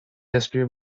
history